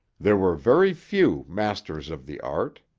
there were very few masters of the art.